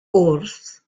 wrth